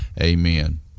Amen